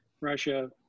Russia